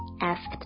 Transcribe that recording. asked